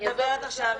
אני מדברת עכשיו,